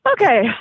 Okay